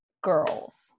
Girls